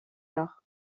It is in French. nord